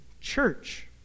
church